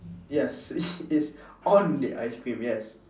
yes it is on the ice cream yes